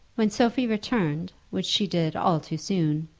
when sophie returned, which she did all too soon,